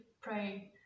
pray